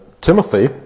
Timothy